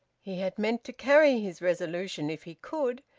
he had meant to carry his resolution if he could,